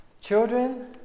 Children